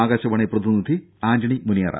ആകാശവാണി പ്രതിനിധി ആന്റണി മുനിയറ